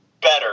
better